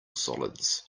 solids